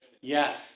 Yes